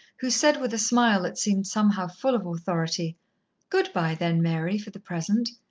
who said, with a smile that seemed somehow full of authority good-bye, then, mary, for the present.